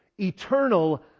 Eternal